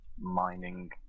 Mining